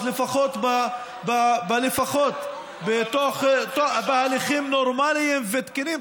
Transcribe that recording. אז לפחות בהליכים נורמליים ותקניים.